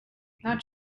not